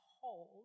hold